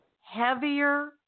heavier